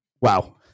Wow